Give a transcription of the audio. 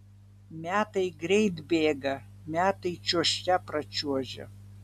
metai greit bėga metai čiuožte pračiuožia